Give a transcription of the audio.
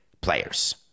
players